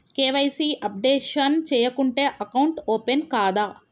KYC updation చేయకుంటే account open కాదా?